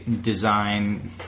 design